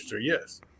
Yes